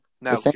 Now